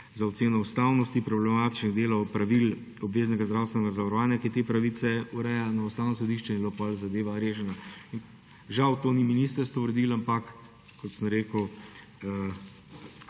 za oceno ustavnosti problematičnega dela opravil obveznega zdravstvenega zavarovanja, ki te pravice ureja, na Ustavno sodišče in je bila potem zadeva rešena. Žal tega ni ministrstvo uredilo, ampak kot sem rekel,